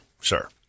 sure